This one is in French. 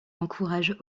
encourage